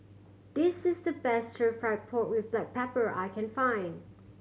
this is the best Stir Fried Pork With Black Pepper that I can find